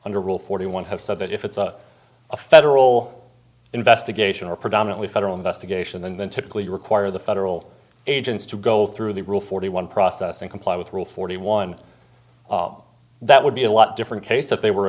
under rule forty one have said that if it's a a federal investigation or predominantly federal investigation then typically require the federal agents to go through the rule forty one process and comply with rule forty one that would be a lot different case if they were